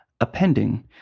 appending